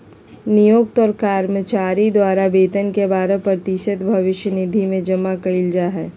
नियोक्त और कर्मचारी द्वारा वेतन के बारह प्रतिशत भविष्य निधि में जमा कइल जा हइ